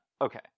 Okay